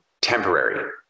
temporary